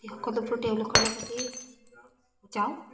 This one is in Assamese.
আদি সকলোবোৰ তেওঁলোকৰ লগতেই যাওঁ